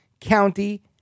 County